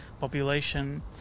population